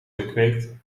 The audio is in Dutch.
gekweekt